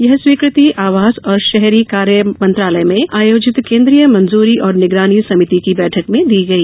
यह स्वीकृति आवास और शहरी कार्य मंत्रालय में आयोजित केन्द्रीय मंजूरी और निगरानी समिति की बैठक में दी गई